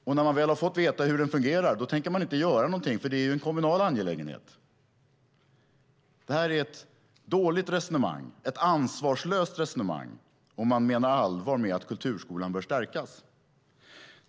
Och när man har väl har fått veta hur den fungerar tänker man inte göra någonting, för det är ju en kommunal angelägenhet. Det här är ett dåligt resonemang, ett ansvarslöst resonemang om man menar allvar med att kulturskolan bör stärkas.